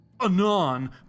Anon